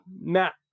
Matt